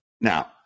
Now